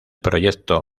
proyecto